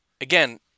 again